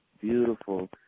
beautiful